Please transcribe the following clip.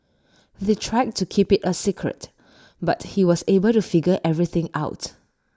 they tried to keep IT A secret but he was able to figure everything out